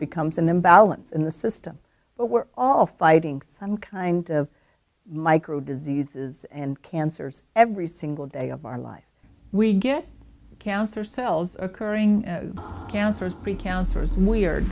becomes an imbalance in the system but we're all fighting some kind of micro diseases and cancers every single day of our life we get cancer cells occurring cancers precancerous we